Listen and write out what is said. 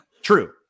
True